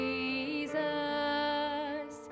Jesus